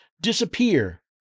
disappear